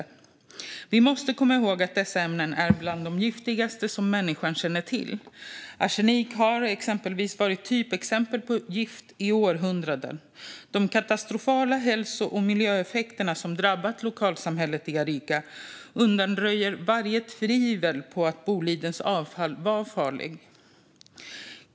Vi måste komma ihåg att dessa ämnen är bland de giftigaste som människan känner till. Arsenik har exempelvis varit typexemplet på gift i århundraden. De katastrofala hälso och miljöeffekterna som drabbat lokalsamhället i Arica undanröjer varje tvivel på att Bolidens avfall var farligt."